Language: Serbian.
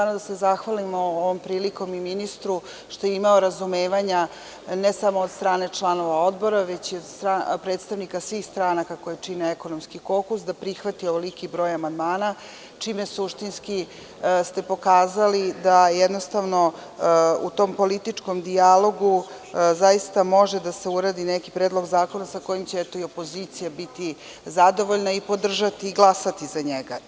Želim da se zahvalim ovom prilikom i ministru što je imao razumevanja ne samo od strane članova Odbora, već i od strane predstavnika svih stranaka koje činu ekonomski kokus, da prihvati ovoliki broj amandmana, čime suštinski ste pokazali da jednostavno u tom političkom dijalogu zaista može da se uradi neki predlog zakona sa kojim će i opozicija biti zadovoljna i podržati i glasati za njega.